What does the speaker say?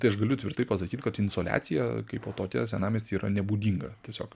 tai aš galiu tvirtai pasakyt kad insoliacija kaipo tokia senamiesty yra nebūdinga tiesiog